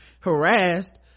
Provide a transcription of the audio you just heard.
harassed